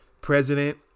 president